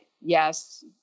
yes